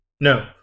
No